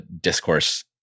discourse